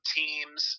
teams